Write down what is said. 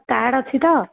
card ଅଛି ତ